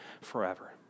forever